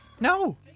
No